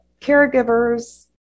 caregiver's